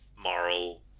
moral